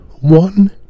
one